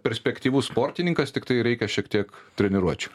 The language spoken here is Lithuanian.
perspektyvus sportininkas tiktai reikia šiek tiek treniruočių